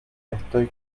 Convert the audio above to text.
estoy